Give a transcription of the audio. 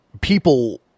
people